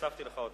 הוספתי לך אותן.